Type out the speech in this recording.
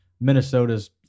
Minnesota's